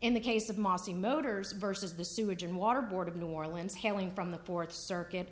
in the case of masi motors versus the sewage and water board of new orleans hailing from the fourth circuit